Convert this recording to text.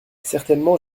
certainement